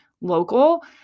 local